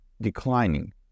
declining